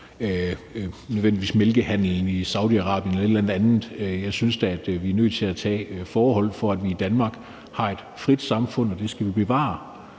under for mælkehandelen i Saudi-Arabien eller noget andet. Jeg synes da, at vi er nødt til at tage det forbehold, at vi i Danmark har et frit samfund, og at vi skal bevare